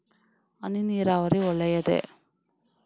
ಹನಿ ನೀರಾವರಿ ಒಳ್ಳೆಯದೇ?